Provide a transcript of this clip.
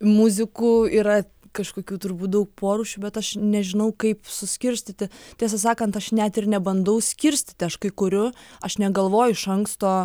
muzikų yra kažkokių turbūt daug porūšių bet aš nežinau kaip suskirstyti tiesą sakant aš net ir nebandau skirstyti aš kai kuriu aš negalvoju iš anksto